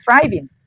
thriving